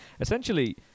essentially